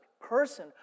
person